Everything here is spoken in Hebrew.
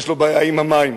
יש לו בעיה עם המים.